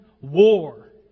war